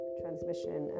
transmission